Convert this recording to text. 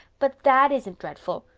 but that isn't dreadful.